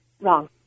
wrong